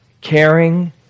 caring